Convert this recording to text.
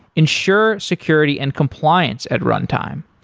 ensure security and compliance at run time,